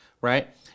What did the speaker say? right